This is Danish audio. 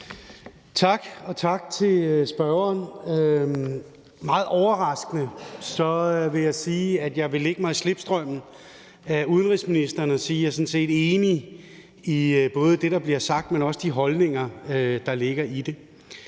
Tak, og tak til spørgeren. Meget overraskende vil jeg sige, at jeg vil lægge mig i slipstrømmen af udenrigsministeren og sige, at jeg sådan set er enig i både det, der bliver sagt, men også i de holdninger, der ligger i det.